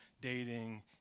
dating